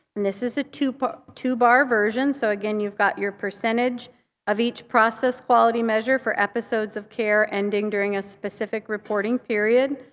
this is a two-bar two-bar version. so again you've got your percentage of each process quality measure for episodes of care ending during a specific reporting period,